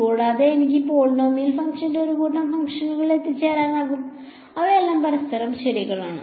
കൂടാതെ എനിക്ക് പോളിനോമിയൽ ഫംഗ്ഷന്റെ ഒരു കൂട്ടം ഫംഗ്ഷനുകളിൽ എത്തിച്ചേരാനാകും അവയെല്ലാം പരസ്പരം ശരിയാണ്